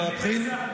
אפשר להתחיל?